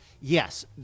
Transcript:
yes